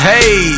Hey